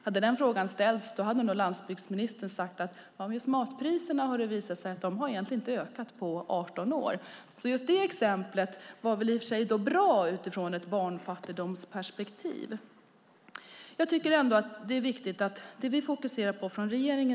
Hade frågan ställts skulle landsbygdsministern nog ha svarat att matpriserna inte har ökat på 18 år. Just det exemplet var alltså bra ur ett barnfattigdomsperspektiv.